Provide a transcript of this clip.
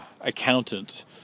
accountant